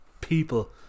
people